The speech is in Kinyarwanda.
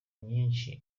nyinshi